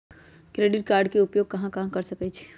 Credit card के उपयोग कहां कहां कर सकईछी?